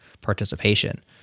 participation